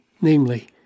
namely